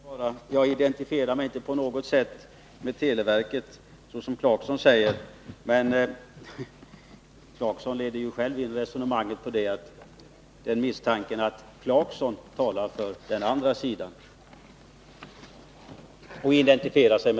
Herr talman! Jag identifierar mig inte på något sätt med televerket, som Rolf Clarkson säger. Men Rolf Clarkson ledde själv resonemanget till misstanken att han talar för den andra sidan och identifierar sig med den.